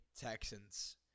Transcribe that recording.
Texans